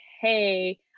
Hey